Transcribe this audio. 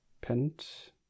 pent